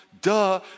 Duh